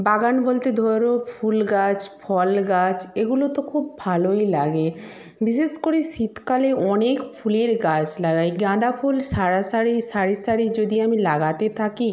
বাগান বলতে ধর ফুল গাছ ফল গাছ এগুলি তো খুব ভালোই লাগে বিশেষ করে শীতকালে অনেক ফুলের গাছ লাগাই গাঁদা ফুল সারা সারি সারি সারি যদি আমি লাগাতে থাকি